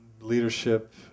leadership